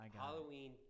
Halloween